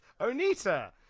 Onita